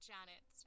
Janet